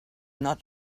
not